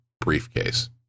briefcase